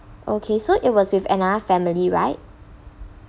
okay so it was with another family right